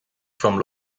from